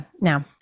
now